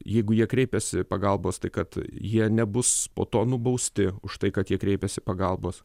jeigu jie kreipiasi pagalbos tai kad jie nebus po to nubausti už tai kad jie kreipiasi pagalbos